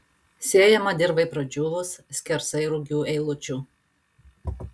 sėjama dirvai pradžiūvus skersai rugių eilučių